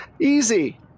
Easy